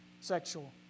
sexual